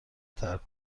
ترک